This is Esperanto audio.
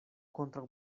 kontraŭ